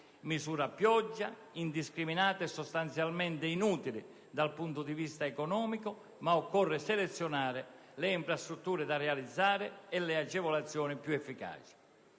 misure a pioggia, indiscriminate e sostanzialmente inutili dal punto di vista economico, ma occorrerà selezionare le infrastrutture da realizzare e le agevolazioni più efficaci.